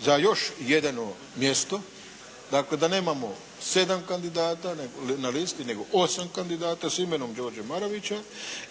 za još jedno mjesto, dakle da nemamo 7 kandidata na listi nego 8 kandidata s imenom Đorđe Marovića